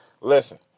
listen